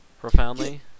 profoundly